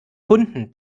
kunden